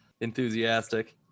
enthusiastic